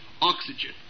oxygen